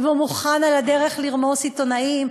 והוא מוכן על הדרך לרמוס עיתונאים.